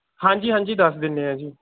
ਹਾਂਜੀ ਹਾਂਜੀ ਦੱਸ ਦਿੰਦੇ ਹਾਂ ਜੀ